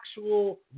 actual